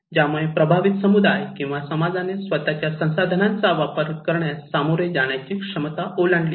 ज्यामुळे प्रभावित समुदाय किंवा समाजाने स्वत च्या संसाधनांचा वापर करण्यास सामोरे जाण्याची क्षमता ओलांडली आहे